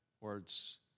words